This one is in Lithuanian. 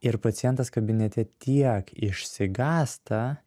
ir pacientas kabinete tiek išsigąsta